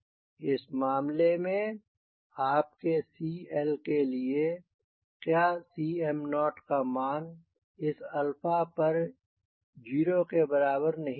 इस मामले में आपके CLके लिए क्याCm0 का मान इस पर 0 के बराबर नहीं होगा